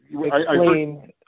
Explain